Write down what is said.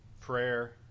prayer